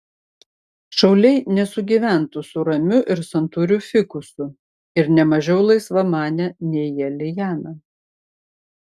šauliai nesugyventų su ramiu ir santūriu fikusu ir ne mažiau laisvamane nei jie liana